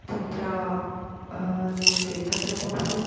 तत्र दीयते तत्र बहु